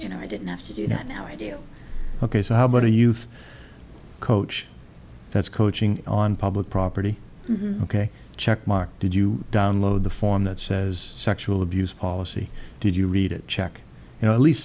you know i didn't have to you know now i do ok so how about a youth coach that's coaching on public property ok check mark did you download the form that says sexual abuse policy did you read it check you know at least